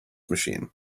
machine